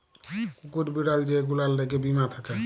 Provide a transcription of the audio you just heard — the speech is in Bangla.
কুকুর, বিড়াল যে গুলার ল্যাগে বীমা থ্যাকে